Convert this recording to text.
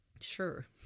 Sure